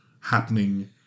happening